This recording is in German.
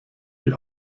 die